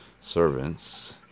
servants